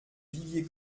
vivier